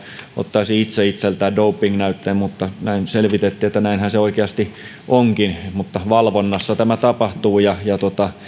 ottaisi itse itseltään doping näytteen mutta näin selvitettiin että näinhän se oikeasti onkin tämä tapahtuu valvonnassa ja